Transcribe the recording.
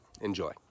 enjoy